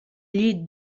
llit